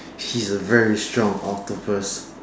he's a very strong octopus